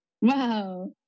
Wow